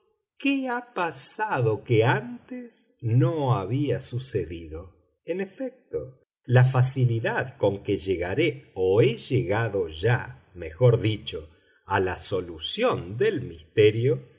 qué ha pasado que antes no había sucedido en efecto la facilidad con que llegaré o he llegado ya mejor dicho a la solución del misterio